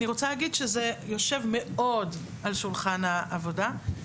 אני יכולה להגיד שזה יושב מאוד על שולחן העבודה.